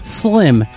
slim